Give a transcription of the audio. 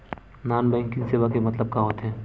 Non banking सेवा के मतलब का होथे?